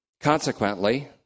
Consequently